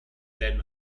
denn